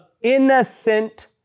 innocent